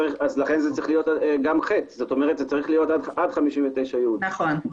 לכן זה צריך להיות גם ח, כלומר עד 59י. נכון.